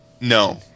no